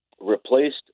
replaced